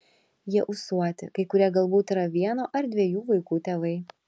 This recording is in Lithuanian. jie ūsuoti kai kurie galbūt yra vieno ar dviejų vaikų tėvai